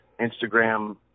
Instagram